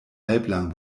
halblang